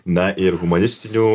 na ir humanistinių